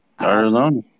Arizona